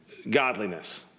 godliness